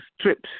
trips